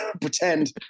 pretend